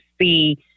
see